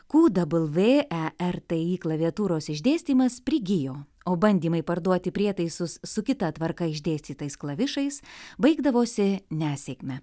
ku dabl vė e r t i klaviatūros išdėstymas prigijo o bandymai parduoti prietaisus su kita tvarka išdėstytais klavišais baigdavosi nesėkme